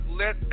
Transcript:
let